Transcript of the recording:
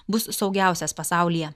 bus saugiausias pasaulyje